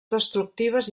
destructives